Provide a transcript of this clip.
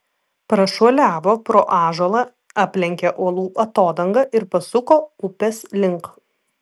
prašuoliavo pro ąžuolą aplenkė uolų atodangą ir pasuko upės link